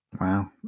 Wow